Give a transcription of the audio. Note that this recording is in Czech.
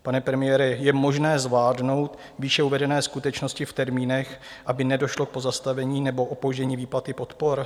Pane premiére, je možné zvládnout výše uvedené skutečnosti v termínech, aby nedošlo k pozastavení nebo opoždění výplaty podpor?